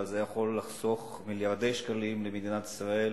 אבל זה יכול לחסוך מיליארדי שקלים למדינת ישראל